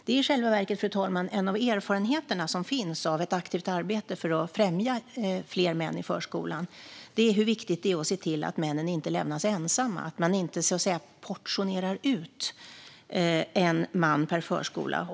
I själva verket, fru talman, är en av erfarenheterna som finns av ett aktivt arbete för att främja att det blir fler män i förskolan att det är viktigt att se till att männen inte lämnas ensamma, alltså att man inte så att säga portionerar ut en man per förskola.